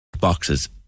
Boxes